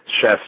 Chef